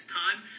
time